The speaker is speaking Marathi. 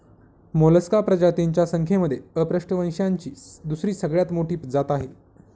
मोलस्का प्रजातींच्या संख्येमध्ये अपृष्ठवंशीयांची दुसरी सगळ्यात मोठी जात आहे